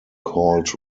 called